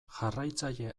jarraitzaile